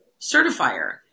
certifier